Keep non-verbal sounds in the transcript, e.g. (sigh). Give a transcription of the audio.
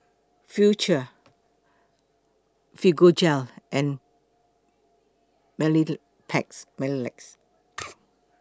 Futuro Fibogel and (unintelligible) Mepilex (noise)